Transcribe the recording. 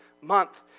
month